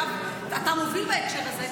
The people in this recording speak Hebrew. שאגב אתה מוביל בהקשר הזה,